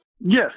Yes